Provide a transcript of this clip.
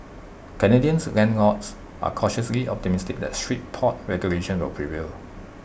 Canadians landlords are cautiously optimistic that strict pot regulations will prevail